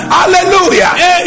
hallelujah